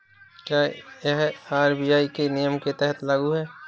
क्या यह आर.बी.आई के नियम के तहत लागू है?